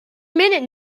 minute